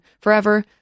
forever